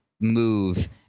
move